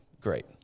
great